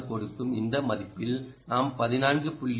6 கொடுக்கும் இந்த மதிப்பில் நாம் 14